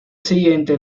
siguiente